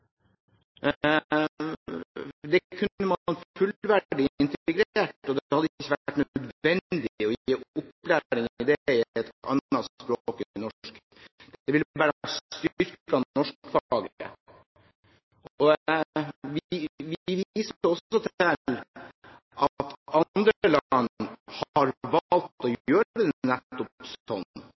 Det kunne man fullverdig integrert, og det hadde ikke vært nødvendig å gi opplæring i det på et annet språk enn norsk. Det ville bare ha styrket norskfaget. Vi viser også til at andre land har valgt å gjøre det nettopp